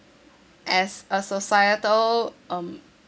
as a societal um